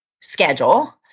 schedule